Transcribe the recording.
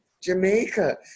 Jamaica